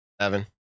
Evan